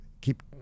keep